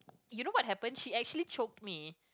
you know what happened she actually choked me